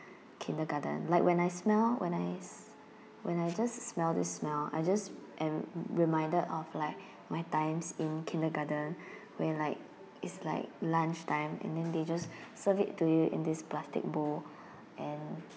kindergarten like when I smell when I s~ when I just smell this smell I just am reminded of like my times in kindergarten when like it's like lunch time and then they just serve it to you in this plastic bowl and